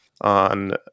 on